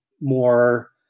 more